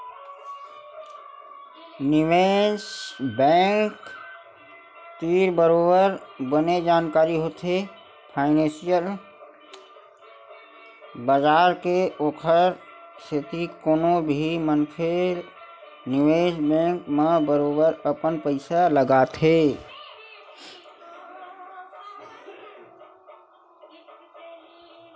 निवेस बेंक तीर बरोबर बने जानकारी होथे फानेंसियल बजार के ओखर सेती कोनो भी मनखे ह निवेस बेंक म बरोबर अपन पइसा लगाथे